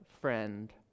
friend